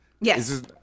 Yes